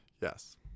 Yes